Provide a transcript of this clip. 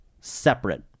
separate